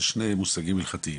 אלו שני מושגים הלכתיים,